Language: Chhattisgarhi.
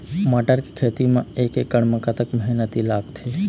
मटर के खेती म एक एकड़ म कतक मेहनती लागथे?